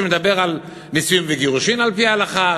שמדבר על נישואין וגירושין על-פי ההלכה,